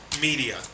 media